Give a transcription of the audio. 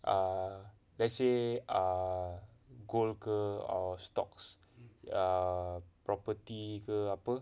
err let's say err gold ke or stocks yang property ke apa